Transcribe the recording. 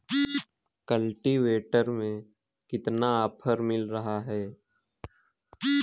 Cultivator में कितना offer मिल रहा है?